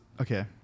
okay